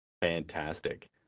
fantastic